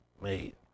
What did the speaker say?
made